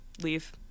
leave